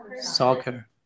Soccer